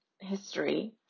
history